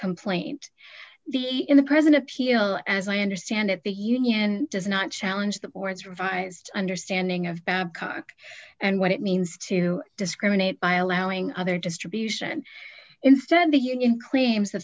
complaint the in the present appeal as i understand it the union does not challenge the board's revised understanding of babcock and what it means to discriminate by allowing other distribution instead the union claims t